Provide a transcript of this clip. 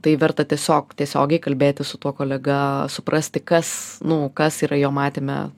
tai verta tiesiog tiesiogiai kalbėti su tuo kolega suprasti kas nu kas yra jo matyme